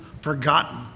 forgotten